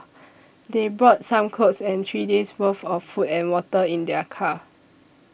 they brought some clothes and three days' worth of food and water in their car